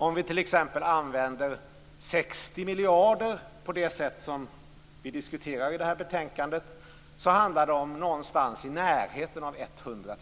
Om vi t.ex. använder 60 miljarder på det sätt som vi diskuterar i betänkandet, kan det handla om ungefär 100 000